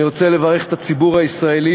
אני רוצה לברך את הציבור הישראלי,